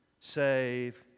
save